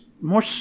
more